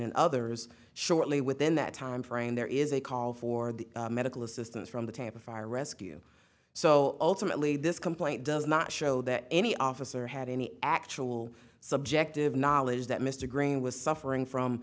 and others shortly within that time frame there is a call for the medical assistance from the tampa fire rescue so ultimately this complaint does not show that any officer had any actual subjective knowledge that mr green was suffering from